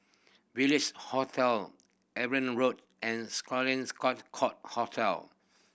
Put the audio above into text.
Village Hotel Evelyn Road and Sloane Court Hotel